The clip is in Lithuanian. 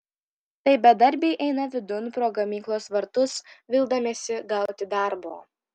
tai bedarbiai eina vidun pro gamyklos vartus vildamiesi gauti darbo